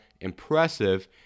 impressive